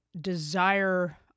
desire